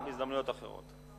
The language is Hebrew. לא, בהזדמנויות אחרות.